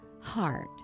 heart